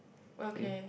okay